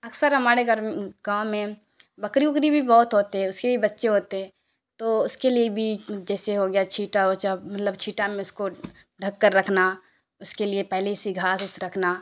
اکثر ہمارے گھر گاؤں میں بکری اکری بھی بہت ہوتے ہیں اس کے بھی بچے ہوتے ہیں تو اس کے لیے بھی جیسے ہو گیا چھیٹا مطلب چھیٹا میں اس کو ڈھک کر رکھنا اس کے لیے پہلے سے گھاس اوس رکھنا